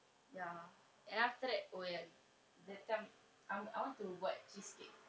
ya and then after that oh ya that time I I want to buat cheesecake